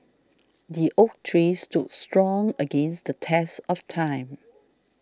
the oak tree stood strong against the test of time